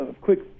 quick